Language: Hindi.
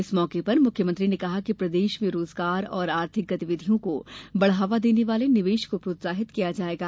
इस मौके पर मुख्यमंत्री ने कहा कि प्रदेश में रोजगार और आर्थिक गतिविधियों को बढ़ावा देने वाले निवेश को प्रोत्साहित किया जाएगा